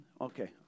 Okay